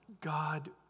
God